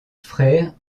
frère